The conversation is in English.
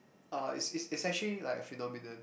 uh it's it's actually like a phenomenon